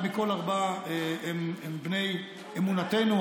אחד מכל ארבעה הם בני אמונתנו,